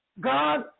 God